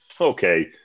Okay